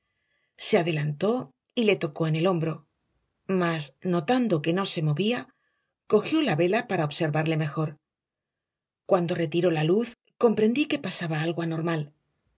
se adelantó y le tocó en el hombro mas notando que no se movía cogió la vela para observarle mejor cuando retiró la luz comprendí que pasaba algo anormal